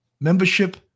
membership